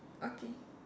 okay